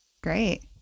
Great